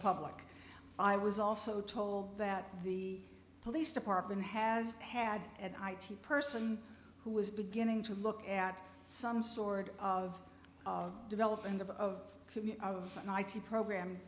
public i was also told that the police department has had an i t person who was beginning to look at some sort of developing of an i t program